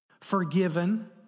forgiven